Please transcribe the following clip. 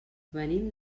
venim